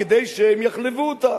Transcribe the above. כדי שהם יחלבו אותה.